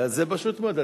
זה פשוט מאוד,